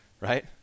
Right